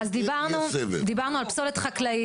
אז דיברנו על פסולת חקלאית,